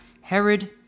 Herod